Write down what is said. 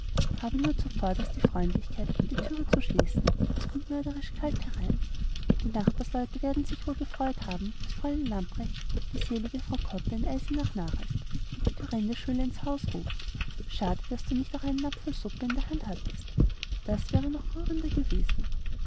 habe nur zuvörderst die freundlichkeit die thüre zu schließen es kommt mörderisch kalt herein die nachbarsleute werden sich wohl gefreut haben daß fräulein lamprecht die selige frau cotta in eisenach nachäfft und die kurrendeschüler ins haus ruft schade daß du nicht auch einen napf voll suppe in der hand hattest das wäre noch rührender gewesen